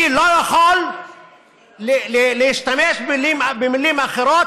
אני לא יכול להשתמש במילים אחרות.